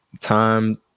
time